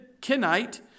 Kenite